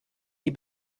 die